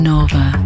Nova